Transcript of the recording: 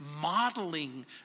modeling